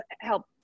help